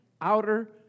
Outer